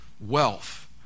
wealth